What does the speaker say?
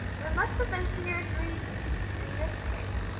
there must have been serious reasons, in this case,